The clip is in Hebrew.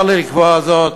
צר לי לקבוע זאת,